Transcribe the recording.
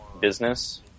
business